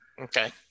okay